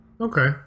Okay